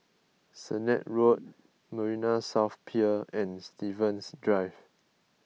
Sennett Road Marina South Pier and Stevens Drive